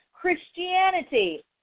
Christianity